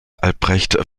albrecht